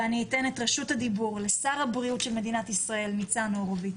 ואני אתן את רשות הדיבור לשר הבריאות של מדינת ישראל ניצן הורוביץ,